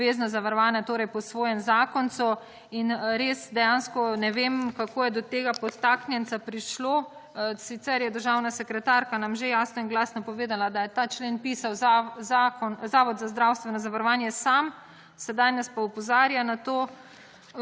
obvezno zavarovana torej po svojem zakoncu in res dejansko ne vem kako je do tega potaknjenca prišlo sicer je državna sekretarka nam že jasno in glasno povedala, da ta člen pisal Zavod za zdravstveno zavarovanje sam sedaj pa nas opozarja na to